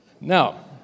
Now